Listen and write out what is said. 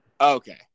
Okay